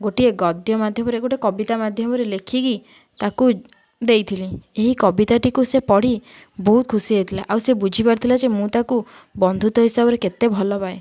ଗୋଟିଏ ଗଦ୍ୟ ମାଧ୍ୟମରେ ଗୋଟେ କବିତା ମାଧ୍ୟମରେ ଲେଖିକି ତାକୁ ଦେଇଥିଲି ଏହି କବିତାଟିକୁ ସେ ପଢ଼ି ବହୁତ ଖୁସି ହେଇଥିଲା ଆଉ ସେ ବୁଝିପାରିଥିଲା ଯେ ମୁଁ ତାକୁ ବନ୍ଧୁତା ହିସାବରେ କେତେ ଭଲପାଏ